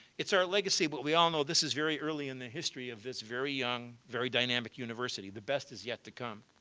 it's our legacy but we all know this is very early in the history of this very young, very dynamic university. the best is yet to come.